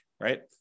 right